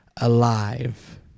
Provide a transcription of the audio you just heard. alive